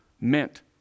meant